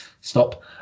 stop